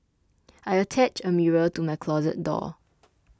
I attached a mirror to my closet door